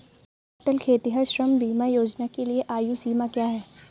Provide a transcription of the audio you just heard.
अटल खेतिहर श्रम बीमा योजना के लिए आयु सीमा क्या है?